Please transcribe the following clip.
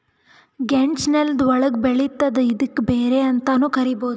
ಗೆಣಸ್ ನೆಲ್ದ ಒಳ್ಗ್ ಬೆಳಿತದ್ ಇದ್ಕ ಬೇರ್ ಅಂತಾನೂ ಕರಿಬಹುದ್